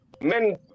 men